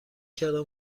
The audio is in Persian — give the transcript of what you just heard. کردم